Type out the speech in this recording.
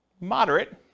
Moderate